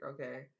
okay